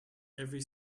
every